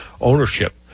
ownership